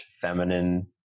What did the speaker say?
feminine